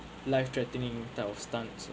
life threatening type of stunt or